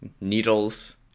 needles